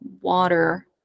water